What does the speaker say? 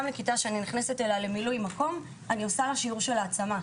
אני עושה שיעור בהעצמה,